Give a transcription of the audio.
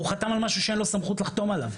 הוא חתם על משהו שאין לו סמכות לחתום עליו.